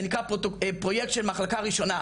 פרויקט של מחלקה ראשונה,